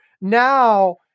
now